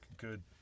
good